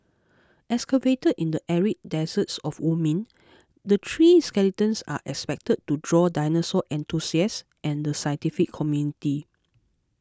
excavated in the arid deserts of Wyoming the three skeletons are expected to draw dinosaur enthusiasts and the scientific community